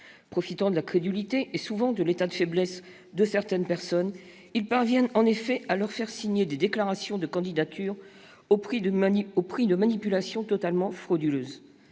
Profitant de la crédulité, et souvent de l'état de faiblesse, de certaines personnes, ils parviennent en effet à leur faire signer des déclarations de candidature au prix de manipulations totalement frauduleuses.